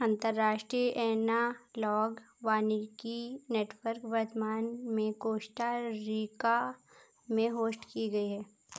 अंतर्राष्ट्रीय एनालॉग वानिकी नेटवर्क वर्तमान में कोस्टा रिका में होस्ट की गयी है